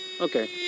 Okay